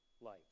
life